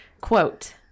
Quote